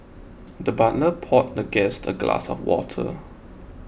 the butler poured the guest a glass of water